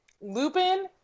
Lupin